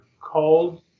called